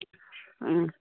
ᱦᱮᱸ